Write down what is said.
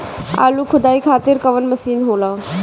आलू खुदाई खातिर कवन मशीन होला?